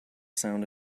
sound